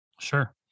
Sure